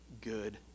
good